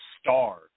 star